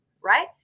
right